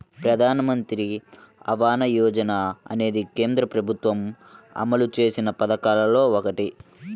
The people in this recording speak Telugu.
ప్రధానమంత్రి ఆవాస యోజన అనేది కేంద్ర ప్రభుత్వం అమలు చేసిన పథకాల్లో ఒకటి